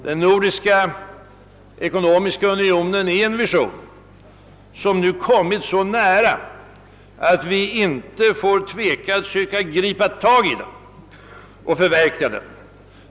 Den nordiska ekonomiska unionen är en vision som nu kommit så nära, att vi inte får tveka att söka gripa tag i den och förverkliga den.